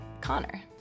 Connor